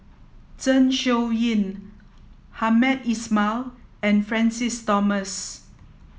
Zeng Shouyin Hamed Ismail and Francis Thomas